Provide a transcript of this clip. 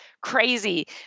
crazy